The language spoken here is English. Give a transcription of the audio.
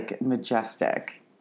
majestic